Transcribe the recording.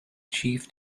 chief